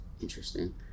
Interesting